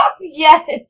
Yes